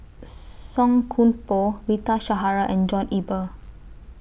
Song Koon Poh Rita Zahara and John Eber